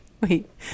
wait